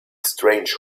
strange